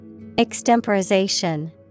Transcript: Extemporization